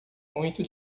muito